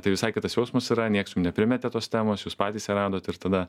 tai visai kitas jausmas yra nieks jum neprimetė tos temos jūs patys ją radot ir tada